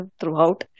throughout